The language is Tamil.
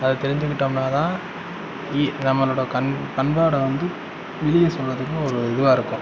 அத தெரிஞ்சுகிட்டம்னாதா இ நம்மளோடய கண் பண்பாட்ட வந்து வெளியே சொல்கிறதுக்கு ஒரு இதுவாக இருக்கும்